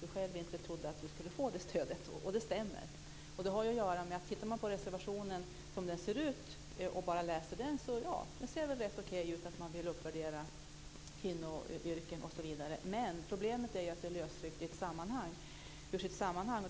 han själv inte trodde att han skulle få det stödet, och det stämmer. Det har att göra med att om man läser reservationen så ser det rätt okej ut att man vill uppvärdera kvinnoyrken osv. Men problemet är att det är lösryckt ur sitt sammanhang.